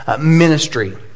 ministry